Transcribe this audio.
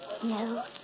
No